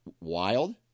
wild